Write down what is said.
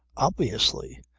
obviously!